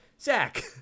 Zach